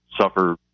suffer